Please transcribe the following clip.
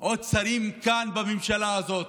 כאן בממשלה הזאת,